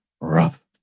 Rough